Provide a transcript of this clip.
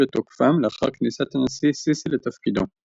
לתוקפם לאחר כניסת הנשיא סיסי לתפקידו,